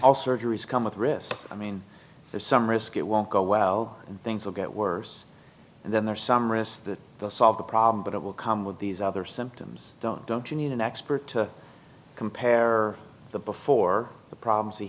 all surgeries come with risks i mean there's some risk it won't go well and things will get worse and then there are some risks that solve the problem but it will come with these other symptoms don't don't you need an expert to compare the before the problems